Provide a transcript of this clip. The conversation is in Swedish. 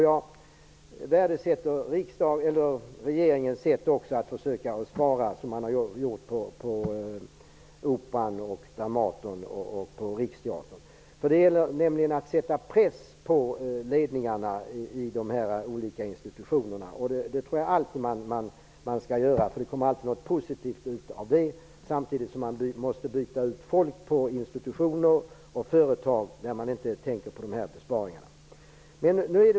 Jag värdesätter också regeringens sätt att försöka spara när det gäller Operan, Dramaten och Riksteatern. Det gäller ju att sätta press på ledningen när det gäller de här olika institutionerna. Jag tror att man alltid skall göra det, för det kommer alltid ut något positivt av det. Men samtidigt måste människor bytas ut på institutioner och företag där man inte tänker på besparingar.